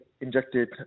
injected